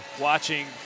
watching